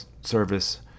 service